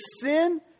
sin